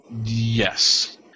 Yes